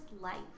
life